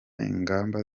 ingamba